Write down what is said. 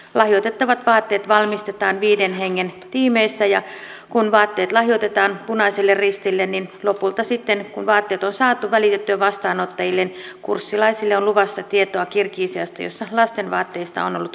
lahjoitettavat vaatteet valmistetaan viiden hengen tiimeissä ja sen jälkeen kun vaatteet on lahjoitettu punaiselle ristille ja kun vaatteet on saatu välitettyä vastaanottajille niin lopulta sitten kurssilaisille on luvassa tietoa kirgisiasta jossa lastenvaatteista on ollut huutavin pula